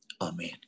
Amen